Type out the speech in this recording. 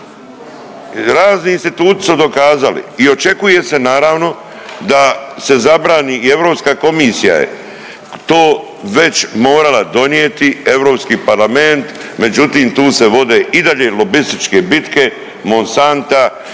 razni instituti su dokazali i očekuje se, naravno, da se zabrani i EK je to već morala donijeti, EP, međutim, tu se vode i dalje lobističke bitke, Monsanta